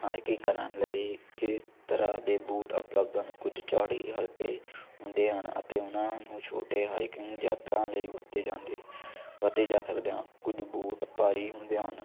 hiking ਕਰਨ ਲਈ ਕਿਸ ਤਰ੍ਹਾਂ ਦੇ ਬੂਟ ਉਪਲਬਧ ਹਨ ਕੁਝ ਚੌੜੀ ਹਲਕੇ ਹੁੰਦੇ ਹਨ ਅਤੇ ਉਹਨਾਂ ਨੂੰ ਛੋਟੇ ਹਾਈਕਿੰਗ ਯਾਤਰਾ ਲਈ ਵਰਤੇ ਜਾਂਦੇ ਵਧੇ ਜਾ ਸਕਦੇ ਹੋ ਕੁਝ ਬੂਟ ਭਾਰੀ ਹੁੰਦੇ ਹਨ